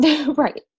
right